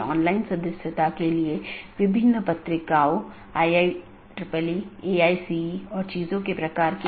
यदि हम अलग अलग कार्यात्मकताओं को देखें तो BGP कनेक्शन की शुरुआत और पुष्टि करना एक कार्यात्मकता है